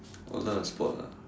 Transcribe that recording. or learn on a sport ah